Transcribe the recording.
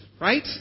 right